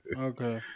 Okay